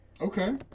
Okay